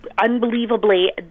unbelievably